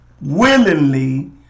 willingly